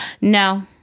No